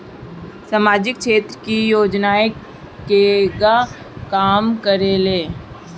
सामाजिक क्षेत्र की योजनाएं केगा काम करेले?